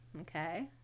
Okay